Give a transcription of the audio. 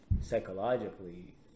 psychologically